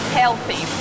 healthy